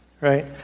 right